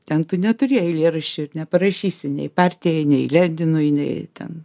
ten tu neturi eilėraščio neparašysi nei partijai nei leninui nei ten